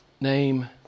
name